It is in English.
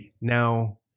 Now